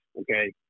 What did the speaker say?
okay